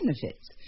benefits